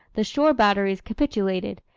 the shore batteries capitulated,